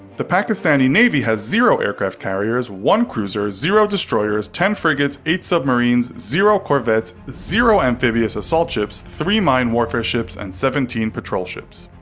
the pakistani navy has zero aircraft carriers, one cruiser, zero destroyers, ten frigates, eight submarines, zero corvettes, zero amphibious assault ships, three mine warfare ships, and seventeen patrol ships.